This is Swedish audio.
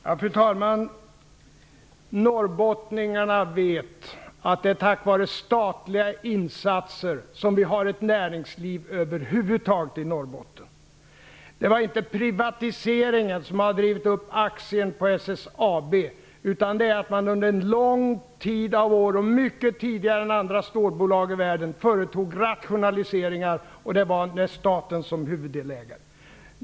Fru talman! Norrbottningarna vet att det är tack vare statliga insatser som vi har ett näringsliv över huvud taget i Norrbotten. Det är inte privatiseringen som har drivit upp SSAB-aktien, utan det är att SSAB under en lång följd av år, mycket tidigare än andra stålbolag i världen, företog rationaliseringar, med staten som huvuddelägare.